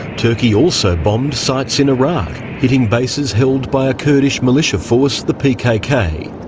turkey also bombed sites in iraq, hitting bases held by a kurdish militia force, the pkk.